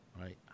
right